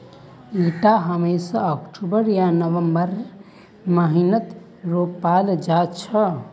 इटा हमेशा अक्टूबर या नवंबरेर महीनात रोपाल जा छे